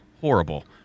horrible